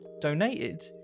donated